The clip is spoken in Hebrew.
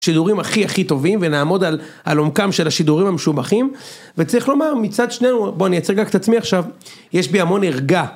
שידורים הכי הכי טובים ונעמוד על עומקם של השידורים המשובחים וצריך לומר מצד שנינו בוא אני אייצג רק את עצמי עכשיו יש בי המון ערגה.